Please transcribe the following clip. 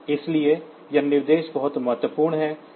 इसलिए यह निर्देश बहुत महत्वपूर्ण है